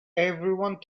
everyone